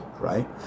right